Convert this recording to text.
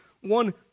one